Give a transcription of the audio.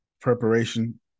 preparation